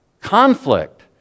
conflict